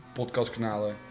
podcastkanalen